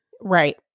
right